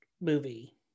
movie